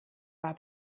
war